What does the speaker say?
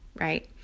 right